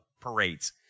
parades